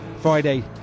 Friday